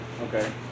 Okay